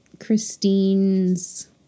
Christine's